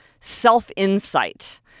Self-Insight